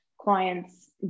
clients